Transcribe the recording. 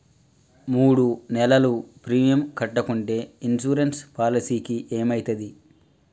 మూడు నెలలు ప్రీమియం కట్టకుంటే ఇన్సూరెన్స్ పాలసీకి ఏమైతది?